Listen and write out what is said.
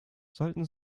sollten